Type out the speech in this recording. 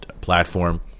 platform